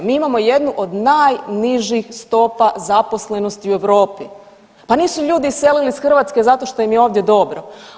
Mi imamo jednu od najnižih stopa zaposlenosti u Europi, pa nisu ljudi iselili iz Hrvatske zato što im je ovdje dobro.